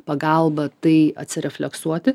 pagalba tai atsirefleksuoti